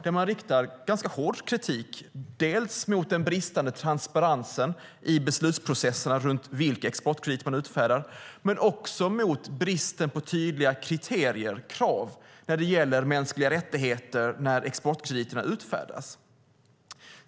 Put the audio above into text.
Där riktar de ganska hård kritik dels mot den bristande transparensen i beslutsprocesserna om vilka exportkrediter man utfärdar, dels mot bristen på tydliga kriterier och krav när det gäller mänskliga rättigheter när exportkrediterna utfärdas.